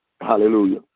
Hallelujah